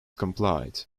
complied